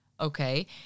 Okay